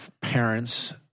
parents